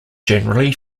generally